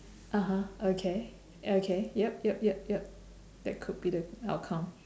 (uh huh) okay okay yup yup yup yup that could be the outcome